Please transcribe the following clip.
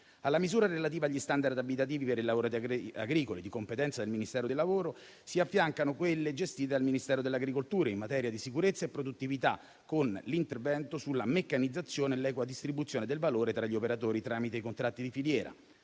Alla misura relativa agli *standard* abitativi per i lavoratori agricoli e di competenza del Ministero del lavoro si affiancano quelle gestite dal Ministero dell'agricoltura in materia di sicurezza e produttività, con l'intervento sulla meccanizzazione e l'equa distribuzione del valore tra gli operatori tramite i contratti di filiera.